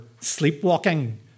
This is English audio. sleepwalking